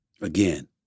Again